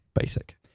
basic